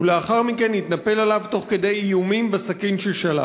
ולאחר מכן הוא התנפל עליו תוך כדי איומים בסכין ששלף.